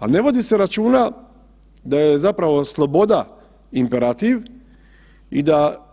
A ne vodi se računa da je zapravo sloboda imperativ i da,